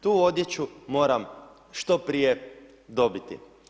Tu odjeću moram što prije dobiti.